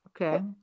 Okay